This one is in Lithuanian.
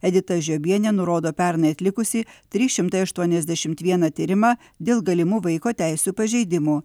edita žiobienė nurodo pernai atlikusi trys šimtai aštuoniasdešimt vieną tyrimą dėl galimų vaiko teisių pažeidimų